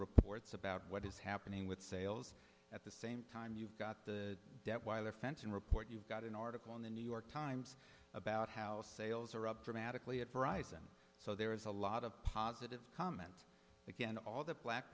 report it's about what is happening with sales at the same time you've got the detwiler fenton report you've got an article in the new york times about how sales are up dramatically at frys and so there is a lot of positive comment again all that black